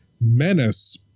menace